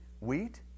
wheat